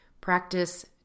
Practice